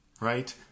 right